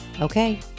Okay